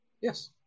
Yes